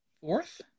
fourth